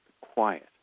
quiet